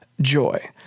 joy